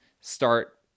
start